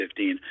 2015